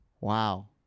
Wow